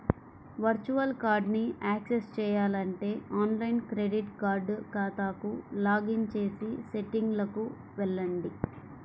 virtual కార్డ్ని access చేయాలంటే online credit card ఖాతాకు లాగిన్ చేసి సెట్టింగ్లకు వెళ్లండి